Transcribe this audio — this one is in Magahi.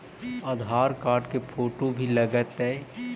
आधार कार्ड के फोटो भी लग तै?